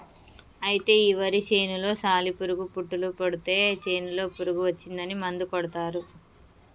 అయితే ఈ వరి చేనులో సాలి పురుగు పుట్టులు పడితే చేనులో పురుగు వచ్చిందని మందు కొడతారు